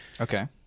Okay